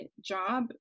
job